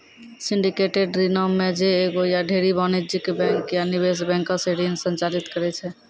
syndicated ऋणो मे जे एगो या ढेरी वाणिज्यिक बैंक या निवेश बैंको से ऋण संचालित करै छै